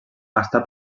està